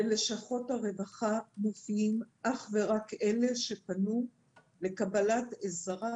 בלשכות הרווחה מופיעים אך ורק אלה שפנו לקבלת עזרה